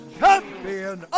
champion